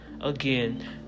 again